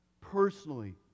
personally